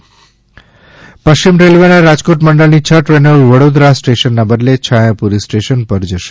railway પશ્ચિમ રેલવેના રાજકોટ મંડળની છ ટ્રેનો વડોદરા સ્ટેશનના બદલે છાયાપુરી સ્ટેશન પરથી જશે